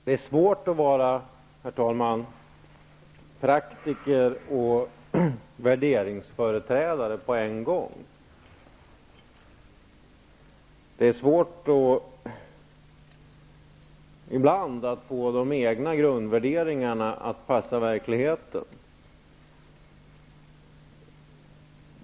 Herr talman! Det är svårt att att vara praktiker och värderingsföreträdare på en gång. Det är ibland svårt att få de egna grundvärderingarna att passa verkligheten.